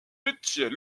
détient